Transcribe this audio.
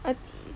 I